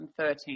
2013